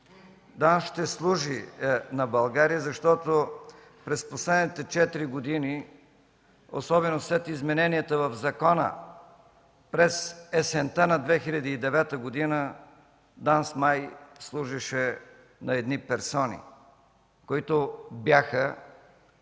ще служи на България, защото през последните четири години, особено след измененията в закона през есента на 2009 г. ДАНС май служеше на едни персони, които бяха